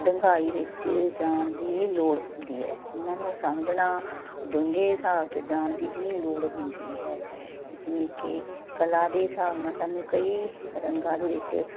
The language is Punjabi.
ਡੂੰਘਾਈ ਵਿੱਚ ਜਾਣ ਦੀ ਵੀ ਲੋੜ ਹੁੰਦੀ ਹੈ ਉਹਨਾਂ ਨੂੰ ਸਮਝਣਾ ਡੂੰਘੇ ਹਿਸਾਬ 'ਚ ਜਾਣ ਦੀ ਵੀ ਲੋੜ ਹੁੰਦੀ ਹੈ ਜਿਵੇਂ ਕਿ ਕਲਾ ਦੇ ਹਿਸਾਬ ਨਾਲ ਸਾਨੂੰ ਕਈ ਰੰਗਾਂ ਦੇ ਵਿੱਚ